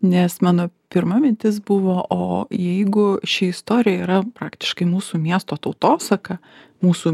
nes mano pirma mintis buvo o jeigu ši istorija yra praktiškai mūsų miesto tautosaka mūsų